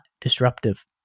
disruptive